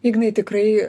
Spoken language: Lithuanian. ignai tikrai